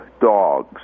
dogs